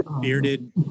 bearded